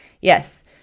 Yes